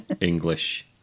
English